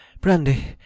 brandy